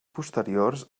posteriors